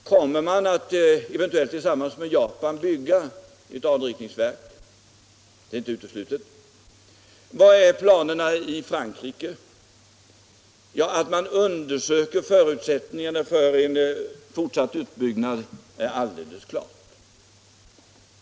Kommer man där att — eventuellt tillsammans med Japan — bygga ett anrikningsverk? Det är inte uteslutet. Och vilka är planerna i Frankrike? Jo, att man undersöker förutsättningarna för en fortsatt utbyggnad är alldeles klart.